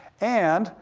and,